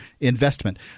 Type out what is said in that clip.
investment